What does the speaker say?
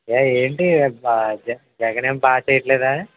ఏ ఏంటి అంత జగనేం బాగా చేయటం లేదా